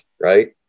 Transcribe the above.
right